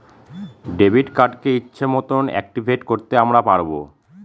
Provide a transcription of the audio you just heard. debit কার্ডকে ইচ্ছে মতন অ্যাকটিভেট করতে আমরা পারবো